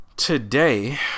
today